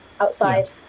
outside